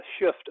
shift